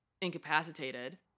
incapacitated